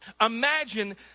Imagine